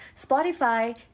Spotify